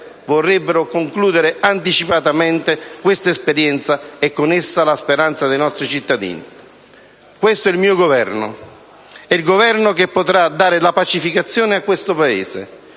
vorrebbero concludere anticipatamente questa esperienza e con essa la speranza dei nostri cittadini. Questo è il mio Governo, è il Governo che potrà dare la pacificazione a questo Paese.